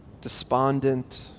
despondent